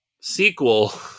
sequel